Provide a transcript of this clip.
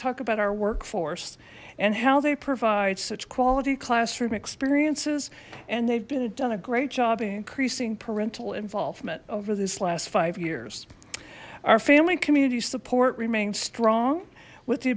talk about our workforce and how they provide such quality classroom experiences and they've been had done a great job in increasing parental involvement over this last five years our family community support remains strong with the